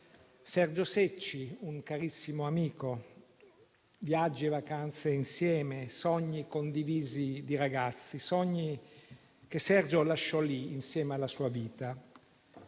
Sergio Secci, un carissimo amico, viaggi e vacanze insieme, sogni condivisi di ragazzi, sogni che Sergio lasciò lì, insieme alla sua vita.